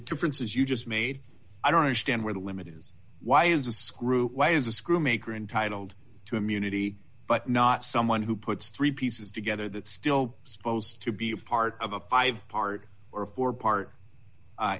differences you just made i don't understand where the limit is why is a screw why is a screw maker entitled to immunity but not someone who puts three pieces together that still supposed to be a part of a five part or a four part